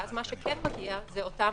ואז מה שכן מגיע זה אותם